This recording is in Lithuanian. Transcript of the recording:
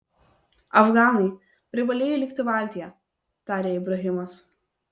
afganai privalėjai likti valtyje tarė ibrahimas